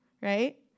right